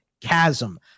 chasm